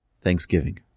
Thanksgiving